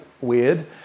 weird